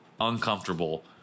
uncomfortable